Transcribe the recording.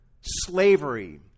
slavery